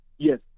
Yes